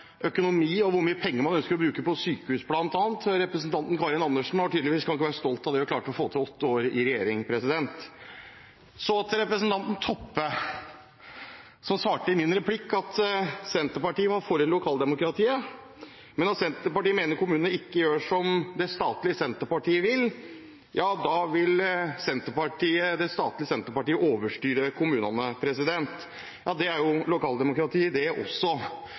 økonomi og hvor mye penger man ønsker å bruke på bl.a. sykehus. Representanten Karin Andersen kan ikke være stolt av det hun klarte å få til på åtte år i regjering. Så til representanten Toppe, som svarte på min replikk med at Senterpartiet var for lokaldemokratiet. Men om Senterpartiet mener kommunene ikke gjør som det statlige Senterpartiet vil, da vil det statlige Senterpartiet overstyre kommunene. Det er jo lokaldemokrati, det også.